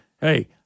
Hey